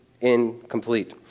incomplete